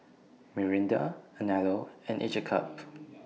Mirinda Anello and Each A Cup